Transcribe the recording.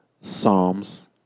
Psalms